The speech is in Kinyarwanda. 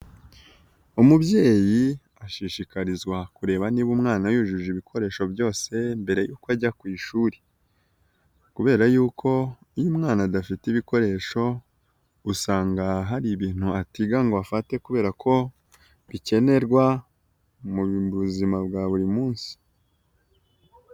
Umubyeyi ashishikarizwa kureba niba umwana yujuje ibikoresho byose mbere yuko ajya ku ishuri kubera yuko iyo umwana adafite ibikoresho usanga hari ibintu atiga ngo afate kubera ko bikenerwa mu buzima bwa buri munsi.